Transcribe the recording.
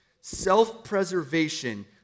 Self-preservation